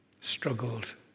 struggled